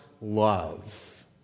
love